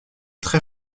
très